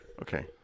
Okay